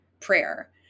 prayer